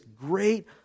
great